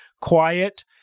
quiet